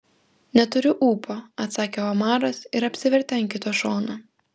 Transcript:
neturiu ūpo atsakė omaras ir apsivertė ant kito šono